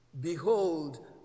Behold